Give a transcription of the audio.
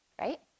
right